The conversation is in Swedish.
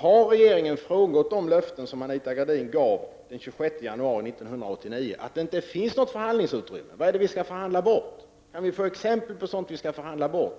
Har regeringen frångått de löften som Anita Gradin gav den 26 januari 1989? Det finns alltså inget förhandlingsutrymme. Men vad är det som vi skall förhandla bort? Kan vi få några exempel på det? 2.